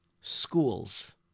schools